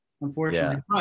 unfortunately